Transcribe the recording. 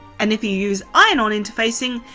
and if you use iron on interfacing,